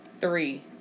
three